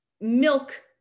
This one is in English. milk